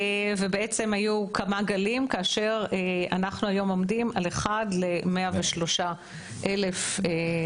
ובעצם היו כמה גלים כאשר אנחנו היום עומדים על 1 ל-103,000 תושבים.